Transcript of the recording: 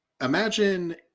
imagine